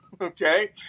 okay